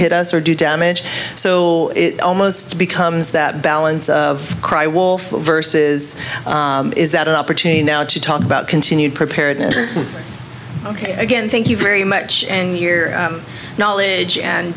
hit us or do damage so it almost becomes that balance of cry wolf verses is that an opportunity now to talk about continued preparedness ok again thank you very much and year knowledge and